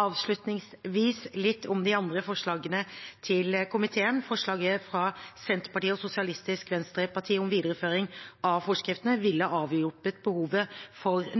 Avslutningsvis litt om de andre forslagene til komiteen: Forslaget fra Senterpartiet og Sosialistisk Venstreparti om videreføring av forskriftene ville avhjulpet behovet